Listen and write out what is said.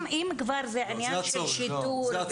אם כבר זה עניין של שיטור.